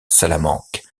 salamanque